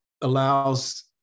allows